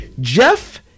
Jeff